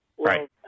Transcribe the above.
Right